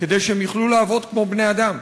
כדי שהם יוכלו לעבוד כמו בני-אדם.